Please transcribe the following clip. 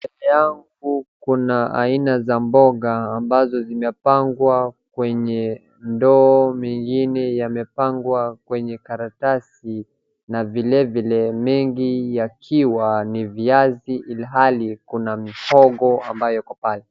Mbele yangu kuna aina za mboga ambazo zimepangwa kwenye ndoo, mengine yamepangwa kwenye karatasi na vilevile mengi yakiwa ni viazi ilhali kuna mihongo ambayo iko pale.